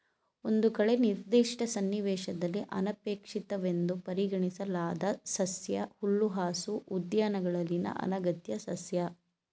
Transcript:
ಒಂದು ಕಳೆ ನಿರ್ದಿಷ್ಟ ಸನ್ನಿವೇಶದಲ್ಲಿ ಅನಪೇಕ್ಷಿತವೆಂದು ಪರಿಗಣಿಸಲಾದ ಸಸ್ಯ ಹುಲ್ಲುಹಾಸು ಉದ್ಯಾನಗಳಲ್ಲಿನ ಅನಗತ್ಯ ಸಸ್ಯ